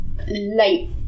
late